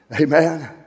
amen